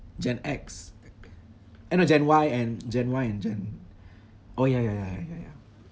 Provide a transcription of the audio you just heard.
gen X eh no gen Y and gen Y and gen oh ya ya ya ya ya